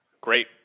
great